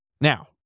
Now